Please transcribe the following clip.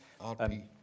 RP